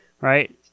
right